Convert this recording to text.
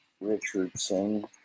Richardson